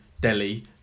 Delhi